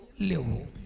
levo